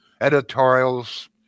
Editorials